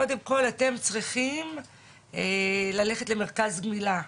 קודם כל אתם צריכים ללכת למרכז גמילה.